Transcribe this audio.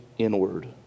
inward